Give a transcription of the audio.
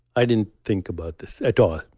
i didn't think about this at all.